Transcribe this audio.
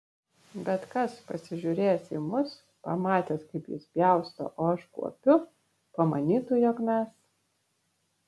bet kas pasižiūrėjęs į mus pamatęs kaip jis pjausto o aš kuopiu pamanytų jog mes